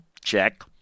check